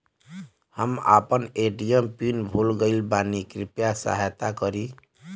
हम आपन ATM PIN भूल गईल बानी कृपया सहायता करी